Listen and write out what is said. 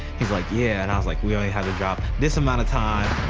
he's like, yeah. and i was like we only have to drop this amount of time.